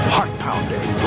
Heart-pounding